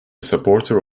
supporter